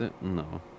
No